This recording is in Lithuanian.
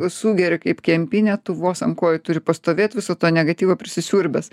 sugeri kaip kempinė tu vos ant kojų turi pastovėt viso to negatyvo prisisiurbęs